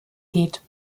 geht